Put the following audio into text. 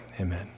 amen